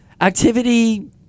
activity